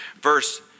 verse